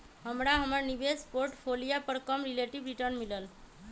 हमरा हमर निवेश पोर्टफोलियो पर कम रिलेटिव रिटर्न मिलल